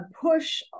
push